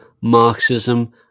Marxism